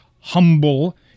humble